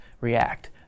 react